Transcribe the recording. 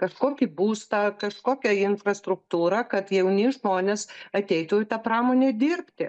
kažkokį būstą kažkokią infrastruktūrą kad jauni žmonės ateitų į tą pramonę dirbti